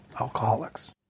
alcoholics